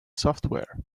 software